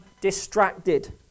distracted